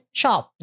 shop